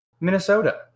Minnesota